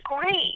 great